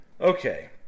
okay